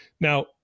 Now